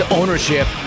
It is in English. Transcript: ownership